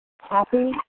Happy